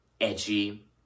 edgy